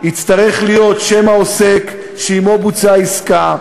יצטרך להיות מוצג שם העוסק שעמו בוצעה העסקה,